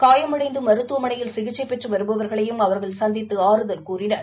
காயமடைந்து மருத்துவமனையில் சிகிச்சை பெற்று வருபவர்களையும் அவர்கள் சந்தித்து ஆறுதல் கூறினர்